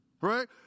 Right